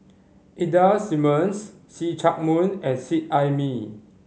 Ida Simmons See Chak Mun and Seet Ai Mee